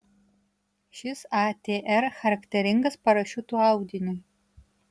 šis atr charakteringas parašiutų audiniui